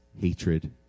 hatred